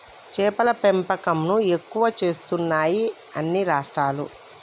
చేపల పెంపకం ను ఎక్కువ చేస్తున్నాయి అన్ని రాష్ట్రాలు